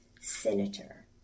Senator